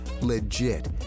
Legit